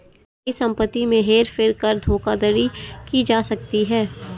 स्थायी संपत्ति में हेर फेर कर धोखाधड़ी की जा सकती है